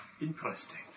Interesting